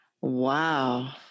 Wow